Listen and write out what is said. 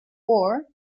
war